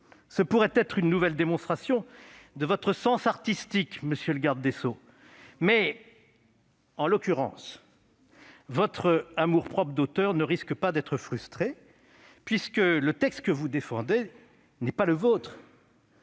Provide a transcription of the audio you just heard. Ce pourrait être une nouvelle démonstration de votre sens artistique, monsieur le garde des sceaux, mais, en l'occurrence, votre amour-propre d'auteur ne risque pas d'être frustré, puisque le texte que vous défendez n'est pas le vôtre.